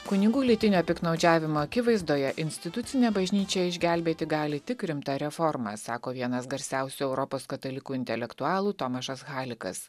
kunigų lytinio piktnaudžiavimo akivaizdoje institucinę bažnyčią išgelbėti gali tik rimta reforma sako vienas garsiausių europos katalikų intelektualų tomašas halikas